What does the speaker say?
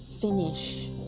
finish